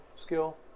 skill